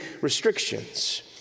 restrictions